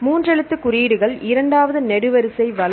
மூன்று எழுத்து குறியீடுகள் இரண்டாவது நெடுவரிசை வலது